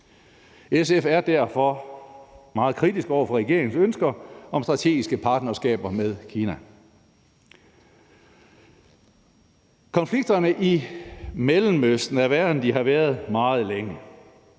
SF er derfor meget kritisk over for regeringens ønsker om strategiske partnerskaber med Kina. Konflikterne i Mellemøsten er værre, end de har været meget længe.